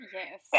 Yes